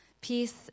Peace